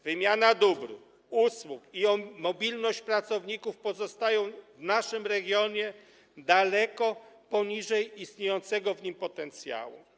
Wymiana dóbr, usług i mobilność pracowników pozostają w naszym regionie daleko poniżej istniejącego w nim potencjału.